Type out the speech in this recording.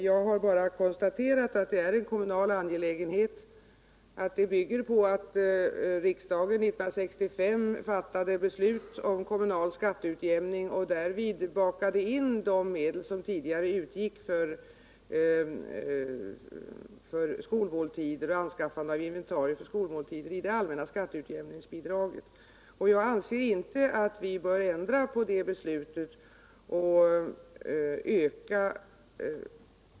Jag har i mitt svar konstaterat att detta är en kommunal angelägenhet, vilket bygger på att riksdagen 1965 fattade beslut om kommunal skatteutjämning och därvid bakade in de medel, som tidigare utgick för skolmåltider och anskaffande av inventarier för skolmåltidsverksamheten, i det allmänna skatteutjämningsbidraget. Jag anser inte att vi bör ändra på detta beslut.